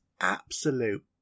absolute